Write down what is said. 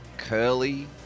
Curly